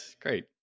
Great